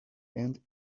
and